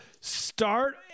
start